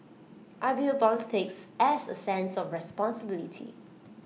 I view politics as A sense of responsibility